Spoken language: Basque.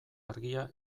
argia